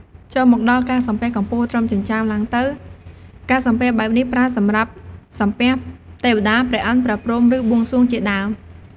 ចូលមកដល់ការសំពះកម្ពស់ត្រឹមចិញ្ចើមឡើងទៅ ការសំពះបែបនេះប្រើសម្រាប់សំពះ ទេវតា ព្រះឥន្ទ ព្រះព្រហ្ម ឬបួងសួងជាដើម។